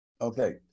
Okay